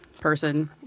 person